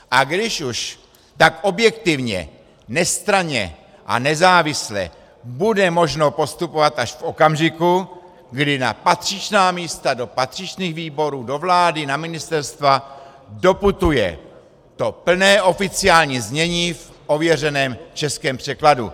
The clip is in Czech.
A když už, tak objektivně, nestranně a nezávisle bude možno postupovat až v okamžiku, kdy na patřičná místa, do patřičných výborů, do vlády, na ministerstva doputuje to plné oficiální znění v ověřeném českém překladu.